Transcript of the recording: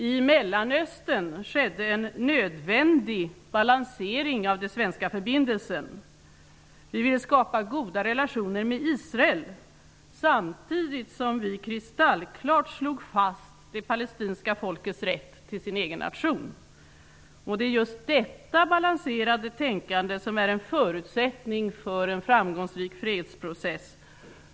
I Mellanöstern har det skett en nödvändig balansering av de svenska förbindelserna. Vi ville skapa goda relationer med Israel, samtidigt som vi kristallklart slog fast det palestinska folkets rätt till sin egen nation. Det är just detta balanserade tänkande som är en förutsättning för en framgångsrik fredsprocess.